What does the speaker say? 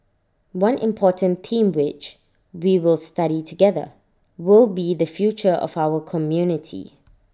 one important theme which we will study together will be the future of our community